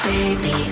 Baby